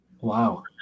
Wow